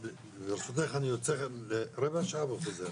ברשותך, אני יוצא לרבע שעה וחוזר.